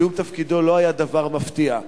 סיום תפקידו לא היה דבר מפתיע,